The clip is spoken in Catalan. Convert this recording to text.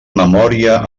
memòria